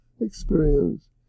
experience